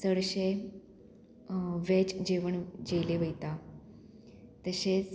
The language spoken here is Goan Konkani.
चडशे वॅज जेवण जेले वयता तशेंच